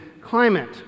climate